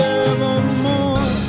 evermore